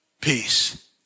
peace